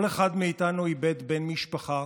כל אחד מאיתנו איבד בן משפחה,